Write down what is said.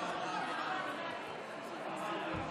לשבת.